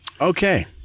Okay